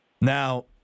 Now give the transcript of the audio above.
Now